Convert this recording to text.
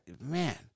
man